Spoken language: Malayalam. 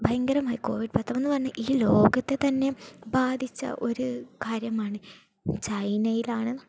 ഭയങ്കരമായ കോവിഡ് പത്തൊമ്പതെന്ന് പറഞ്ഞാൽ ഈ ലോകത്ത് തന്നെ ബാധിച്ച ഒരു കാര്യമാണ് ചൈനയിലാണ്